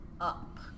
up